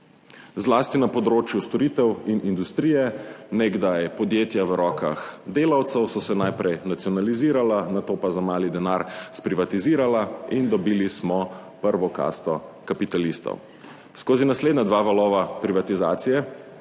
zlasti na področju storitev in industrije. Nekdaj podjetja v rokah delavcev so se najprej nacionalizirala, nato pa za mali denar sprivatizirala in dobili smo prvo kasto kapitalistov. Skozi naslednja dva valova privatizacije